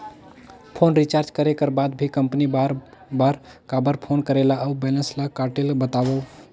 Phone recharge करे कर बाद भी कंपनी बार बार काबर फोन करेला और बैलेंस ल काटेल बतावव?